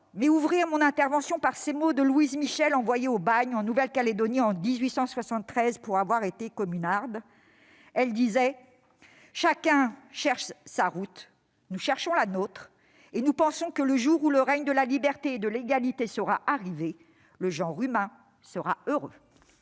mais ouvrir mon intervention par ces mots de Louise Michel, envoyée au bagne en Nouvelle-Calédonie en 1873 pour avoir été communarde :« Chacun cherche sa route ; nous cherchons la nôtre et nous pensons que, le jour où le règne de la liberté et de l'égalité sera arrivé, le genre humain sera heureux ».